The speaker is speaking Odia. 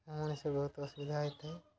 ବହୁତ ଅସୁବିଧା ହେଇଥାଏ